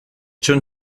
schon